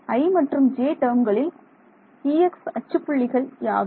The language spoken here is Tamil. i மற்றும் j டேர்ம்களில் E˙ x அச்சு புள்ளிகள் யாவை